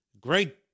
Great